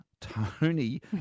Tony